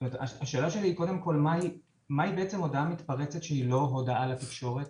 השאלה שלי היא קודם כל מהי הודעה מתפרצת שהיא לא הודעה לתקשורת?